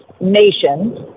nations